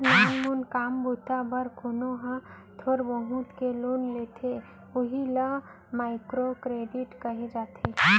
नानमून काम बूता बर कोनो ह थोर बहुत के लोन लेथे उही ल माइक्रो करेडिट कहे जाथे